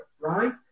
right